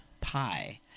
Pi